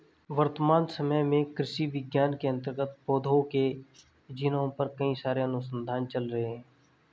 वर्तमान समय में कृषि विज्ञान के अंतर्गत पौधों के जीनोम पर कई सारे अनुसंधान चल रहे हैं